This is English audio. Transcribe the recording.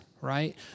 right